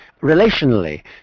relationally